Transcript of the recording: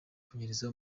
kunyereza